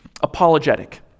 apologetic